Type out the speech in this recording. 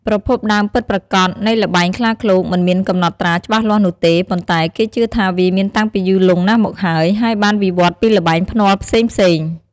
ប្រភពដើមពិតប្រាកដនៃល្បែងខ្លាឃ្លោកមិនមានកំណត់ត្រាច្បាស់លាស់នោះទេ ប៉ុន្តែគេជឿថាវាមានតាំងពីយូរលង់ណាស់មកហើយ ហើយបានវិវត្តន៍ពីល្បែងភ្នាល់ផ្សេងៗ។